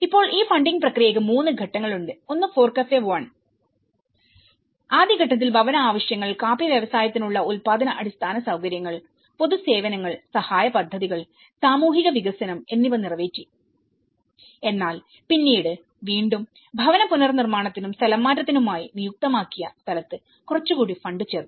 ഇപ്പോൾഈ funding പ്രക്രിയയ്ക്ക് 3 ഘട്ടങ്ങളാണ് ഉള്ളത് ഒന്ന് ഫോർകഫേ 1 ആണ് ആദ്യ ഘട്ടത്തിൽ ഭവന ആവശ്യങ്ങൾ കാപ്പി വ്യവസായത്തിനുള്ള ഉൽപാദന അടിസ്ഥാന സൌകര്യങ്ങൾ പൊതു സേവനങ്ങൾ സഹായ പദ്ധതികൾ സാമൂഹിക വികസനം എന്നിവ നിറവേറ്റി എന്നാൽ പിന്നീട് വീണ്ടുംഭവന പുനർനിർമ്മാണത്തിനും സ്ഥലംമാറ്റത്തിനുമായി നിയുക്തമാക്കിയ സ്ഥലത്ത് കുറച്ചുകൂടി ഫണ്ട് ചേർത്തു